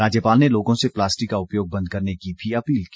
राज्यपाल ने लोगों से प्लास्टिक का उपयोग बंद करने की भी अपील की